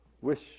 wish